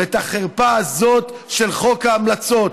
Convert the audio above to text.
ואת החרפה הזאת של חוק ההמלצות,